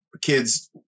kids